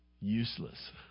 Useless